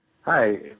Hi